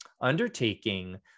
undertaking